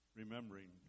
remembering